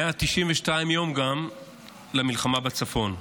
192 יום גם למלחמה בצפון,